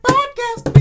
Podcast